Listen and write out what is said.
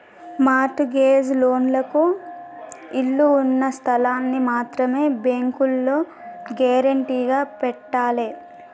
mart gauge లోన్లకు ఇళ్ళు ఉన్న స్థలాల్ని మాత్రమే బ్యేంకులో గ్యేరంటీగా పెట్టాలే